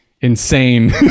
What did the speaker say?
insane